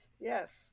Yes